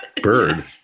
bird